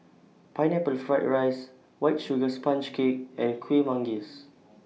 Pineapple Fried Rice White Sugar Sponge Cake and Kuih Manggis